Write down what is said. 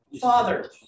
father